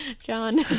John